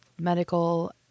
medical